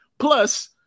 Plus